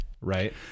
right